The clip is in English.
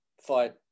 fight